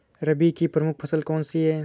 रबी की प्रमुख फसल कौन सी है?